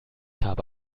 habe